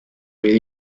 with